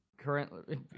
Currently